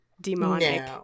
demonic